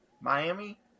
miami